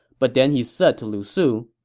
but then he said to lu su,